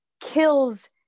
kills